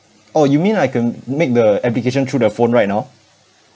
oh you mean I can make the application through the phone right now